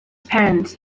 parents